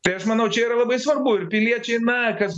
tai aš manau čia yra labai svarbu ir piliečiai na kas